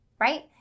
right